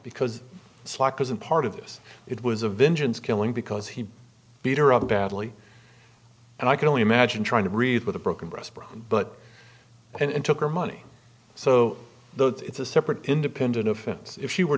because slack isn't part of this it was a vengeance killing because he beat her up badly and i can only imagine trying to read with a broken respond but and took her money so the it's a separate independent offense if she were